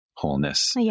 Wholeness